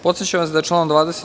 Podsećam vas da je članom 20.